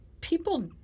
people